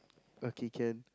okay can